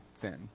thin